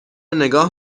نگاه